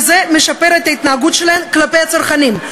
וזה משפר את ההתנהגות שלהן כלפי הצרכנים.